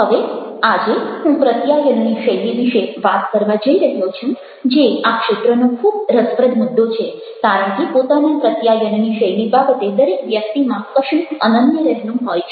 હવે આજે હું પ્રત્યાયનની શૈલી વિશે વાત કરવા જઈ રહ્યો છું જે આ ક્ષેત્રનો ખૂબ રસપ્રદ મુદ્દો છે કારણ કે પોતાના પ્રત્યાયનની શૈલી બાબતે દરેક વ્યક્તિમાં કશુંક અનન્ય રહેલું હોય છે